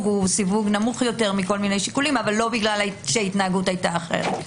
נמוך יותר אך לא כי ההתנהגות הייתה אחרת.